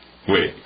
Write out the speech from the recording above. Wait